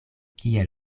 kiel